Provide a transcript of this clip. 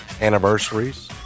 anniversaries